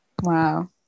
Wow